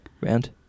round